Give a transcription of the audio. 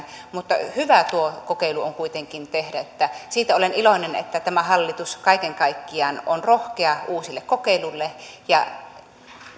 mutta hyvä tuo kokeilu on kuitenkin tehdä siitä olen iloinen että tämä hallitus kaiken kaikkiaan on rohkea uusille kokeiluille